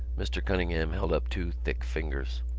mr. cunningham held up two thick fingers.